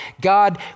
God